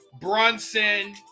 Brunson